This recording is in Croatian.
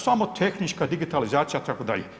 Samo tehnička digitalizacija itd.